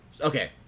Okay